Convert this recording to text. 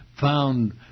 found